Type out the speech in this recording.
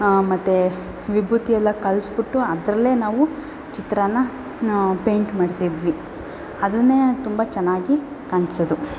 ಮತ್ತು ವಿಭೂತಿ ಎಲ್ಲ ಕಲಸ್ಬಿಟ್ಟು ಅದರಲ್ಲೇ ನಾವು ಚಿತ್ರನ ಪೇಂಟ್ ಮಾಡ್ತಿದ್ವಿ ಅದು ತುಂಬ ಚೆನ್ನಾಗಿ ಕಾಣ್ಸುವುದು